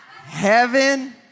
Heaven